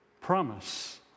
Promise